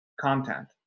content